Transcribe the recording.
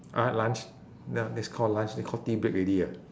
I had lunch ya that's called lunch they called tea break already ah